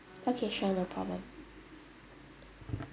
okay sure no problem